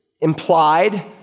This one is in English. implied